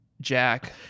Jack